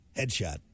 Headshot